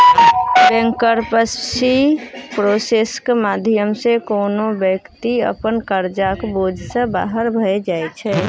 bankruptcy प्रोसेसक माध्यमे कोनो बेकती अपन करजाक बोझ सँ बाहर भए जाइ छै